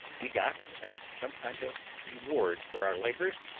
we got, as some kind of reward for our labours,